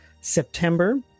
September